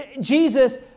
Jesus